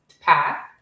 Path